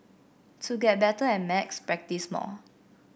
to get better at maths practise more